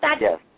Yes